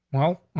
well,